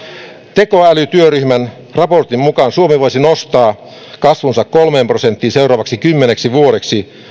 tekoälytyöryhmän raportin mukaan suomi voisi nostaa kasvunsa kolmeen prosenttiin seuraavaksi kymmeneksi vuodeksi